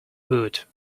boot